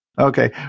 Okay